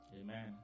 Amen